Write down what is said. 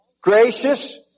gracious